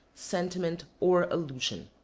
sentiment or allusion.